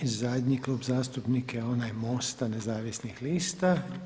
I zadnji Klub zastupnika je onaj MOST-a Nezavisnih lista.